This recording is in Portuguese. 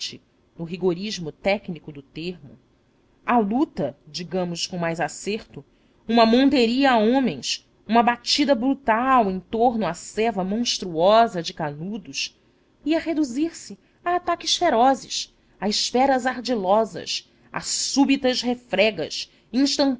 combate no rigorismo técnico do termo a luta digamos com mais acerto uma monteria a homens uma batida brutal em torno à ceva monstruosa de canudos ia reduzir-se a ataques ferozes a esperas ardilosas a súbitas refregas